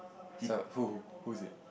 so who who's it